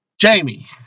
Jamie